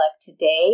Today